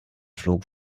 flog